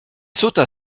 sauta